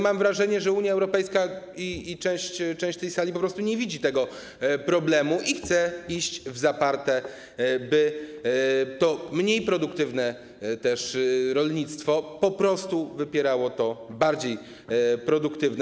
Mam wrażenie, że Unia Europejska i część tej sali po prostu nie widzą tego problemu i chcą iść w zaparte, by to mniej produktywne rolnictwo po prostu wypierało to bardziej produktywne.